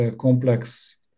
complex